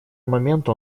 момента